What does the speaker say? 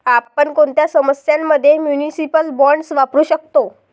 आपण कोणत्या समस्यां मध्ये म्युनिसिपल बॉण्ड्स वापरू शकतो?